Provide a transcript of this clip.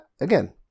Again